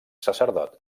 sacerdot